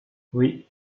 oui